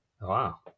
Wow